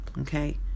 Okay